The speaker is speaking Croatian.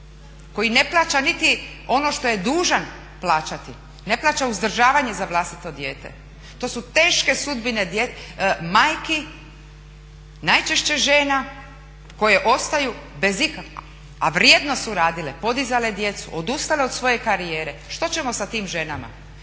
koji ne plaća niti ono što je dužan plaćati. Ne plaća uzdržavanje za vlastito dijete. To su teške sudbine majki, najčešće žena koje ostaju bez …/Govornik se ne razumije./… a vrijedno su radile, podizale djecu, odustale od svoje karijere. Što ćemo sa tim ženama?